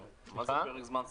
מה זה פרק זמן סביר?